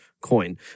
Coin